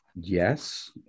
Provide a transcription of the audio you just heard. Yes